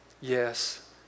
Yes